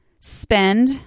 spend